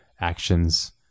actions